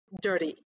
dirty